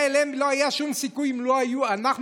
לא היה שום סיכוי להגיע אליהם אם אנחנו